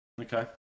Okay